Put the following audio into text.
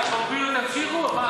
החוק הזה, ראוי שיפסיקו אותו.